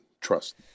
Trust